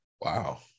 wow